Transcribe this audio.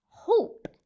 Hope